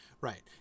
Right